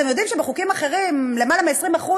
אתם יודעים שבחוקים אחרים יותר מ-20%,